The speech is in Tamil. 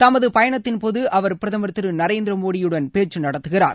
தம்து பயணத்தின்போது அவர் பிரதமர் திரு நரேந்திர மோடியுடன் பேச்சு நடத்துகிறார்